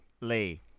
Lee